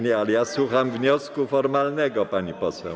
Nie, nie, ale słucham wniosku formalnego, pani poseł.